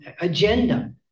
agenda